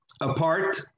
apart